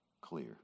clear